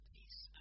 Peace